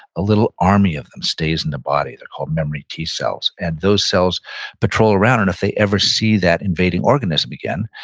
a little army of them stays in the body, they're called memory t cells, and those cells patrol around and if they ever see that invading organism again,